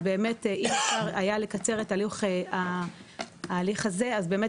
באמת אם אפשר היה לקצר את ההליך הזה אז באמת